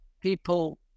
people